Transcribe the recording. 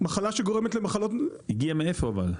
מחלה שגורמת למחלות -- הגיעה מאיפה אבל?